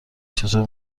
چطور